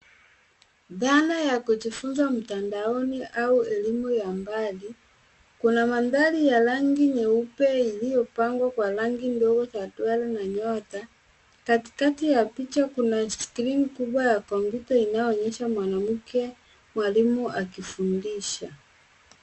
Dhana ya kujifunza mtandaoni au elimu ya mbali. Kuna mandhari ya rangi nyeupe, iliyopangwa kwa rangi ndogo za duara na nyota. Katikati ya picha kuna skrini kubwa ya kompyuta, inayoonyesha mwanamke mwalimu akifundisha.